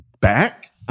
back